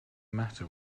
matter